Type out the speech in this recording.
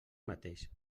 mateix